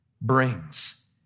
brings